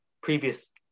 previous